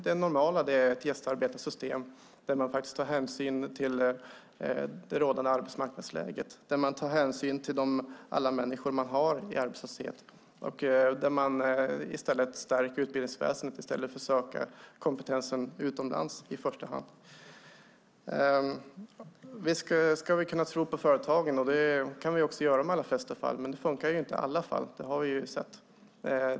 Det normala är ett gästarbetarsystem där man tar hänsyn till det rådande arbetsmarknadsläget och till alla de människor man har i arbetslöshet. Man stärker utbildningsväsendet i stället för att i första hand söka kompetensen utomlands. Visst ska vi kunna tro på företagen, och det kan vi också göra i de flesta fall. Det funkar dock inte alltid.